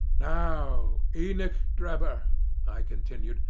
now, enoch drebber i continued,